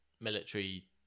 military